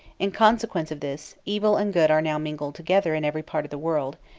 in consequence of this, evil and good are now mingled together in every part of the world,